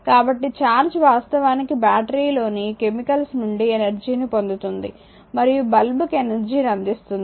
కాబట్టి ఛార్జ్ వాస్తవానికిబ్యాటరీ లోని కెమికల్స్ నుండి ఎనర్జీ ని పొందుతుంది మరియు బల్బ్ కి ఎనర్జీ ని అందిస్తుంది